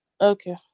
Okay